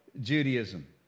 Judaism